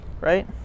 right